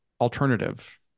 alternative